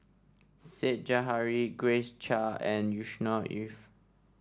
Said Zahari Grace Chia and Yusnor Ef